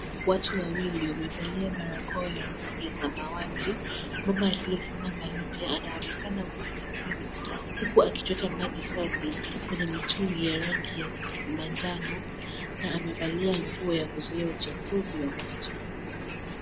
Watu wawili wamevalia barakoa ya rangi ya samawati. Mama aliyesimama nje anaonekana kufinya simu huku akichota maji safi kwenye mitungi ya rangi ya manjano na amevalia nguo ya kuzuia uchafuzi wa maji.